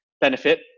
benefit